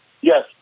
Yes